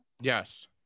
Yes